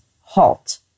HALT